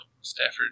Stafford